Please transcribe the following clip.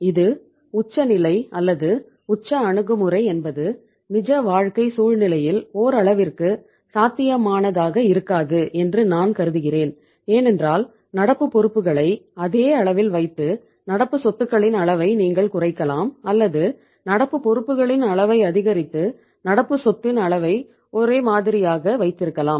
இது உச்ச நிலை அல்லது உச்ச அணுகுமுறை என்பது நிஜ வாழ்க்கை சூழ்நிலையில் ஓரளவிற்கு சாத்தியமானதாக இருக்காது என்று நான் கருதுகிறேன் ஏனென்றால் நடப்பு பொறுப்புகளை அதே அளவில் வைத்து நடப்பு சொத்துக்களின் அளவை நீங்கள் குறைக்கலாம் அல்லது நடப்பு பொறுப்புகளின் அளவை அதிகரித்து நடப்பு சொத்தின் அளவை ஒரே மாதிரியாக வைத்திருக்கலாம்